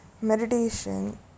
meditation